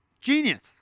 genius